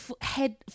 head